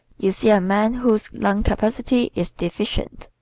you see a man whose lung capacity is deficient.